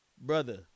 Brother